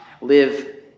live